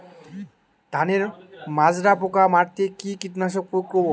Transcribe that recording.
ধানের মাজরা পোকা মারতে কি কীটনাশক প্রয়োগ করব?